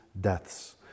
deaths